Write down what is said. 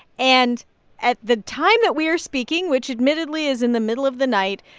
and at the time that we are speaking, which admittedly is in the middle of the night,